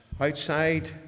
outside